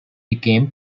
became